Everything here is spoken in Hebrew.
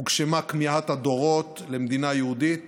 הוגשמה כמיהת הדורות למדינה יהודית